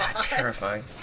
Terrifying